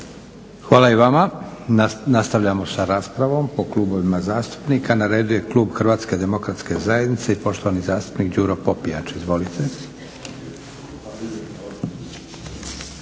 Hvala i vama. Nastavljamo sa raspravom po klubovima zastupnika. Na redu je klub HDZ-a i poštovani zastupnik Đuro Popijač. **Popijač,